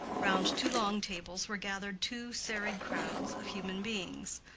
round two long tables were gathered two serried crowds of human beings,